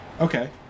Okay